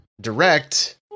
direct